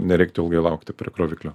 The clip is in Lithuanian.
nereiktų ilgai laukti prie kroviklio